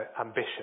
ambition